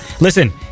Listen